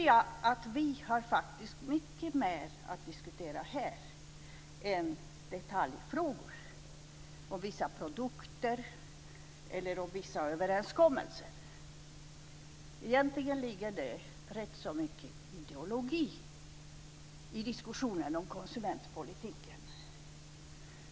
Då har vi faktiskt mer att diskutera här än detaljfrågor om vissa produkter eller om vissa överenskommelser. Egentligen ligger det mycket ideologi i diskussionen om konsumentpolitiken.